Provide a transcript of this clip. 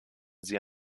sie